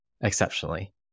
exceptionally